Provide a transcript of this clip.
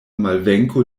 malvenko